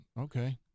Okay